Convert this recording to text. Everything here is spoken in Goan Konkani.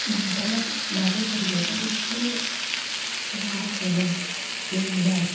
म्हणटना म्हाजें भुरगेंपण इतलें यें आसलेंलें की म्हणल्यार